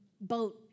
boat